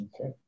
Okay